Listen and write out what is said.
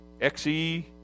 XE